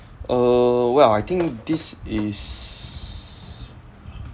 uh well I think this is